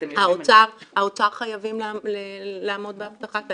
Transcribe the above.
האוצר חייבים לעמוד בהבטחה,